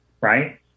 right